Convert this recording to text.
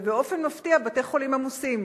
ובאופן מפתיע בתי-החולים עמוסים.